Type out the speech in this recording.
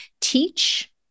teach